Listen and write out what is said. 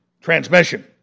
transmission